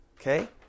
Okay